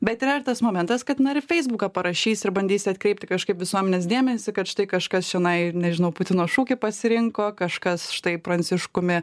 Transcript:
bet yra ir tas momentas kad na ir feisbuką parašys ir bandys atkreipti kažkaip visuomenės dėmesį kad štai kažkas čionai nežinau putino šūkį pasirinko kažkas štai pranciškumi